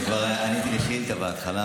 וכבר עניתי על השאילתה בהתחלה,